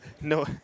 No